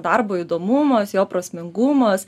darbo įdomumas jo prasmingumas